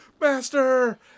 master